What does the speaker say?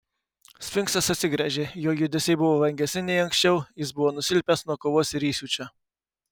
sfinksas atsigręžė jo judesiai buvo vangesni nei anksčiau jis buvo nusilpęs nuo kovos ir įsiūčio